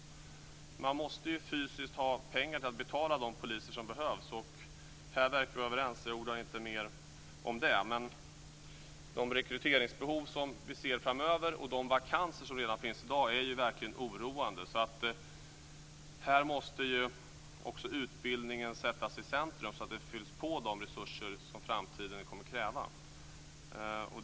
Man måste ju fysiskt ha pengar till att betala de poliser som behövs. Här verkar vi vara överens. Jag ordar inte mer om det. Men de rekryteringsbehov som vi ser framöver, och de vakanser som redan finns i dag, är ju verkligen oroande. Här måste också utbildningen sättas i centrum så att det fylls på med de resurser som framtiden kommer att kräva.